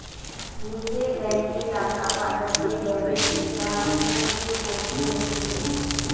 নিজের ব্যাংকে টাকা পাঠাতে গ্যালে সেটা ডিপোজিট কোরতে হচ্ছে